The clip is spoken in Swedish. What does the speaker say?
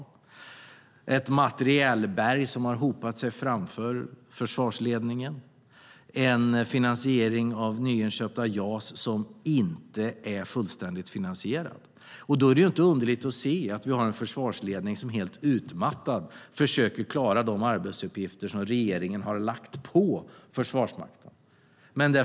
Det är ett materielberg som har hopat sig framför försvarsledningen. Det har varit inte fullt finansierade inköp av nya JAS. Då är det inte underligt att se en försvarsledning som helt utmattad försöker klara de arbetsuppgifter som regeringen har lagt på Försvarsmakten.